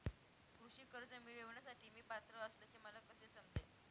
कृषी कर्ज मिळविण्यासाठी मी पात्र असल्याचे मला कसे समजेल?